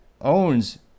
owns